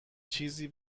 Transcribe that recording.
چیزی